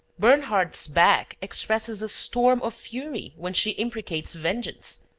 bernhardt's back expresses a storm of fury when she imprecates vengeance,